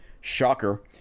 shocker